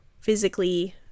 physically